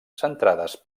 centrades